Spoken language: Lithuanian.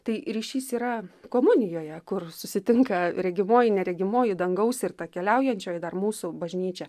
tai ryšys yra komunijoje kur susitinka regimoji neregimoji dangaus ir ta keliaujančioji dar mūsų bažnyčia